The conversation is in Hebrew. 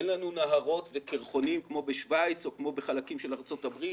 אין לנו נהרות וקרחונים כמו בשוויץ או כמו בחלקים של ארצות הברית